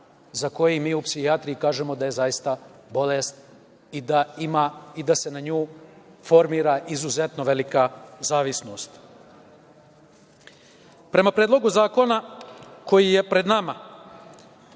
za koji mi u psihijatriji kažemo da je zaista bolest i da se na njoj formira izuzetno velika zavisnost. Prema Predlogu zakona koji je pred nama,